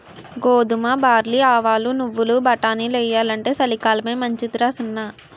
గోధుమ, బార్లీ, ఆవాలు, నువ్వులు, బటానీలెయ్యాలంటే చలికాలమే మంచిదరా సిన్నా